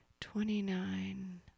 twenty-nine